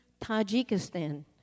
Tajikistan